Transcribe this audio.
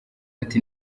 ati